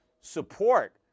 support